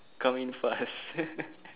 come in fast